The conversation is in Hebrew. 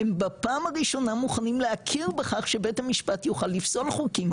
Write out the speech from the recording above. הם בפעם הראשונה מוכנים להכיר בכך שבית המשפט יוכל לפסול חוקים,